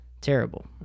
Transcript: Terrible